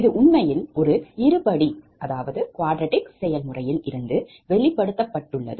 இது உண்மையில் ஒரு இருபடி செயல்முறையில் இருந்து வெளிப்படுத்தப்பட்டுள்ளது